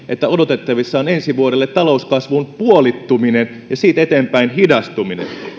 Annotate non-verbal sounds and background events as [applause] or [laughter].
[unintelligible] että odotettavissa on ensi vuodelle talouskasvun puolittuminen ja siitä eteenpäin hidastuminen